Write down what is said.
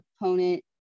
opponent